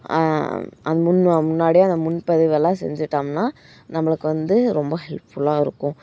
அந் முன் வா முன்னாடியே அந்த முன்பதிவெல்லாம் செஞ்சிவிட்டம்னா நம்பளுக்கு வந்து ரொம்ப ஹெல்ப்ஃபுல்லாக இருக்கும்